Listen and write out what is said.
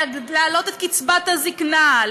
להעלות את קצבת הזקנה,